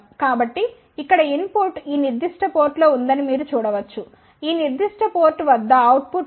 కాబట్టి ఇక్కడ ఇన్పుట్ ఈ నిర్దిష్ట పోర్టులో ఉందని మీరు చూడవచ్చు ఈ నిర్దిష్ట పోర్ట్ వద్ద అవుట్ పుట్ ఉంది